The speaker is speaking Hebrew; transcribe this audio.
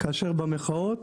כאשר במחאות